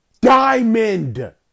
Diamond